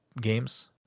games